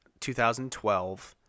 2012